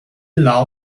law